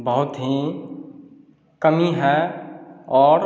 बहुत ही कमी है और